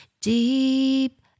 deep